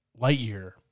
Lightyear